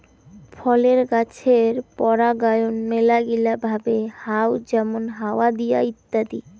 ফলের গাছের পরাগায়ন মেলাগিলা ভাবে হউ যেমন হাওয়া দিয়ে ইত্যাদি